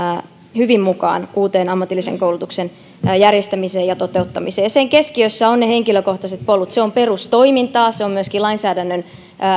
hyvin mukaan uuteen ammatillisen koulutuksen järjestämiseen ja toteuttamiseen sen keskiössä ovat ne henkilökohtaiset polut se on perustoimintaa se on myöskin lainsäädännön